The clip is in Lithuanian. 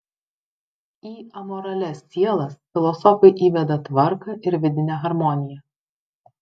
į amoralias sielas filosofai įveda tvarką ir vidinę harmoniją